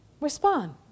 Respond